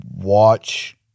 watch